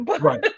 Right